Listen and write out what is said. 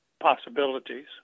possibilities